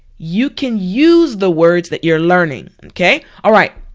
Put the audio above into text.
you can use the words that you're learning, okay? alright,